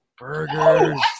Burgers